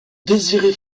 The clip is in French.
désiré